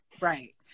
Right